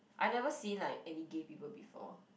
I never seen like any gay people before